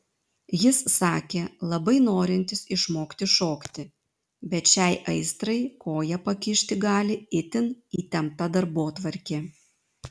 jis sakė labai norintis išmokti šokti bet šiai aistrai koją pakišti gali itin įtempta darbotvarkė